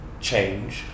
change